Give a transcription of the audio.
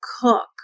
cook